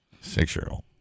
Six-year-old